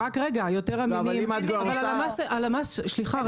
אם את כבר עושה --- סליחה,